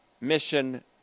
mission